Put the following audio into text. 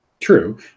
True